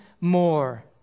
more